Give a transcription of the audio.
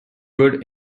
good